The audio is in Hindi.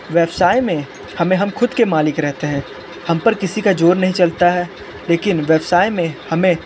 व्यवसाय में हमे हम खुद के मालिक रहते हैं हम पर किसी का जोर नहीं चलता है लेकिन व्यवसाय में हमें